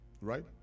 Right